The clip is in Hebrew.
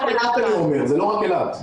אילת.